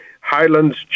Highlands